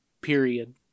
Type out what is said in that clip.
period